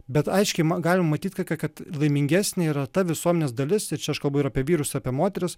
bet aiškiai galim matyt ka kad laimingesnė yra ta visuomenės dalis ir čia aš kalbu apie vyrus apie moteris